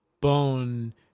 Bone